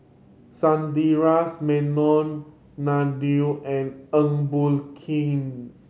Sundaresh Menon Neil and Eng Boh Kee